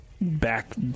back